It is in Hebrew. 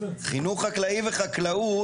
חינוך חקלאי וחקלאות,